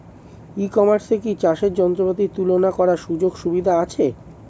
ই কমার্সে কি চাষের যন্ত্রপাতি তুলনা করার সুযোগ সুবিধা আছে?